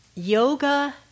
Yoga